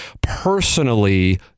personally